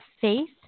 faith